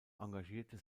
engagierte